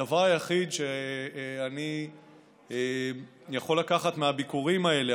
הדבר היחיד שאני יכול לקחת מהביקורים האלה,